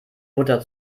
butter